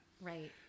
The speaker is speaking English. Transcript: Right